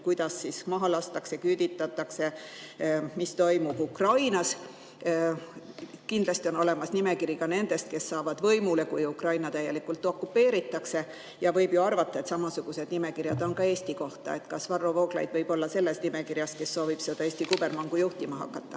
kuidas maha lastakse, küüditatakse, mis toimub Ukrainas. Kindlasti on olemas nimekiri nendest, kes saavad võimule, kui Ukraina täielikult okupeeritakse, ja võib arvata, et samasugused nimekirjad on ka Eesti kohta. Kas Varro Vooglaid võib olla selles nimekirjas, kes soovivad seda Eesti kubermangu juhtima hakata?